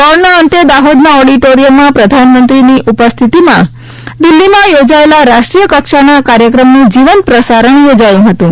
દોડના અંતે દાહોદના ઓડીટોરીયમમાં પ્રધાનમંત્રીની ઉપસ્થિતિમાં દિલ્હીમાં યોજાયેલા રાષ્ટ્રીય કક્ષાના કાર્યક્રમનું જીવંત પ્રસારણ યોજાયું હતું